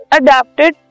adapted